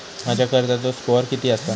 माझ्या कर्जाचो स्कोअर किती आसा?